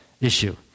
issue